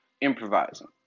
improvising